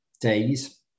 days